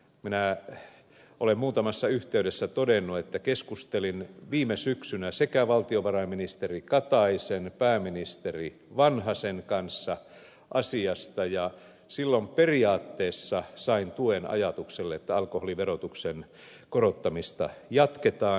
minä olen muutamassa yhteydessä todennut että keskustelin viime syksynä sekä valtiovarainministeri kataisen että pääministeri vanhasen kanssa asiasta ja silloin periaatteessa sain tuen ajatukselle että alkoholiverotuksen korottamista jatketaan